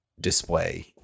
display